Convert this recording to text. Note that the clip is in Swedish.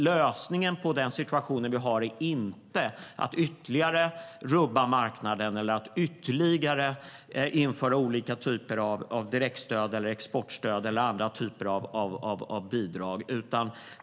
Lösningen på den situation vi har är inte att ytterligare rubba marknaden eller ytterligare införa olika typer av direktstöd, exportstöd eller andra typer av bidrag.